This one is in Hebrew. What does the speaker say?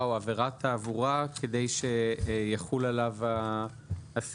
או עבירת תעבורה כדי שיחול עליו הסעיף.